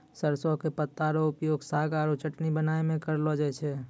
सरसों के पत्ता रो उपयोग साग आरो चटनी बनाय मॅ करलो जाय छै